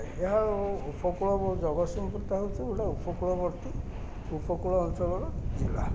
ଏହା ଉପକୂଳ ଜଗତସିଂହପୁରଟା ହେଉଛି ଗୋଟେ ଉପକୂଳବର୍ତ୍ତୀ ଉପକୂଳ ଅଞ୍ଚଳର ଜିଲ୍ଲା